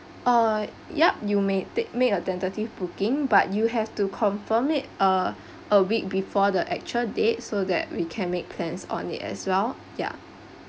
uh yup you may take make a tentative booking but you have to confirm it uh a week before the actual date so that we can make plans on it as well ya